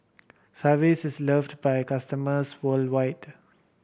Sigvaris is loved by customers worldwide